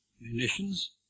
Munitions